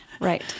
Right